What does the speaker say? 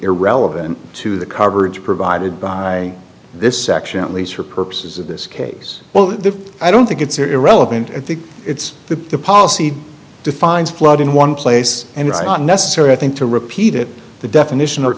irrelevant to the coverage provided by this section at least for purposes of this case well the i don't think it's irrelevant at the it's the the policy defines flood in one place and it's not necessary i think to repeat it the definition or